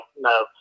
no